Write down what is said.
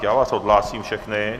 Já vás odhlásím všechny.